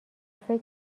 فکر